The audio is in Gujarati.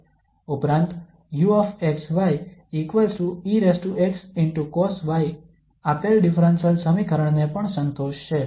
ઉપરાંત uxyexcosy આપેલ ડિફરન્સલ સમીકરણ ને પણ સંતોષશે